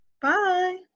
Bye